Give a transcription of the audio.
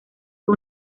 fue